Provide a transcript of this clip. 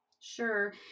Sure